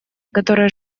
которые